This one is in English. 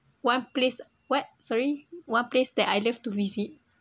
one place what sorry one place that I love to visit